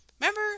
Remember